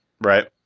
Right